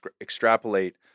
extrapolate